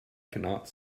cannot